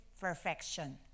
perfection